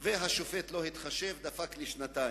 והשופט לא התחשב ודפק לי שנתיים.